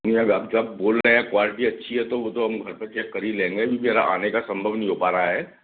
नहीं अब आप जब बोल रहे हैं क्वालिटी अच्छी है तो वो तो हम घर पर चेक कर ही लेंगे अभी मेरा आने का संभव नहीं हो पा रहा है